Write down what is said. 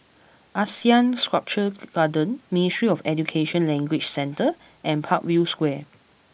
Asean Sculpture Garden Ministry of Education Language Centre and Parkview Square